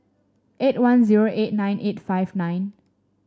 eight one zero eight nine eight five nine